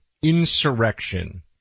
Insurrection